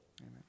Amen